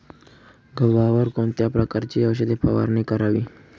गव्हावर कोणत्या प्रकारची औषध फवारणी करावी?